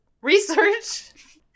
research